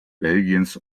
belgiens